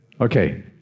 Okay